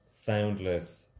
soundless